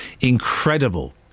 incredible